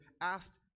asked